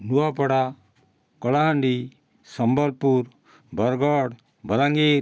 Nuapada Kalahandi Sambalpur Bargarh Balangir